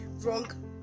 wrong